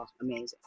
amazing